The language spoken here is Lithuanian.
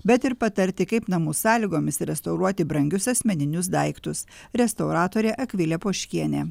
bet ir patarti kaip namų sąlygomis restauruoti brangius asmeninius daiktus restauratorė akvilė poškienė